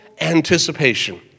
anticipation